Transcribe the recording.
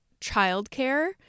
childcare